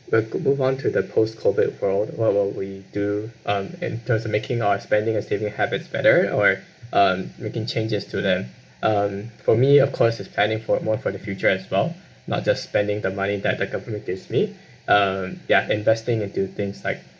we have to move on to the post COVID world what would we do um and does it making our spending and saving habits better or um making changes to them um for me of course is planning for it more for the future as well not just spending the money that like the government gives me um ya investing into things like